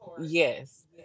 Yes